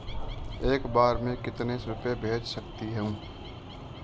एक बार में मैं कितने रुपये भेज सकती हूँ?